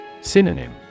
Synonym